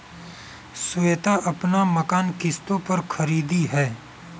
श्वेता अपना मकान किश्तों पर खरीदी है